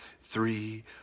three